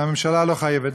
אבל הממשלה לא חייבת,